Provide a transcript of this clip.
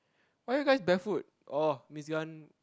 why are you guys barefoot oh Miss Gan